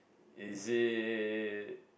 is it